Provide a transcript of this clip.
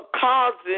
causing